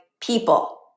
people